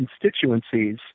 constituencies